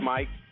Mike